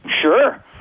Sure